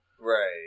Right